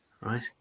right